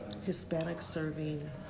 Hispanic-serving